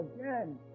again